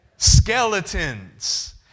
Skeletons